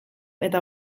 eta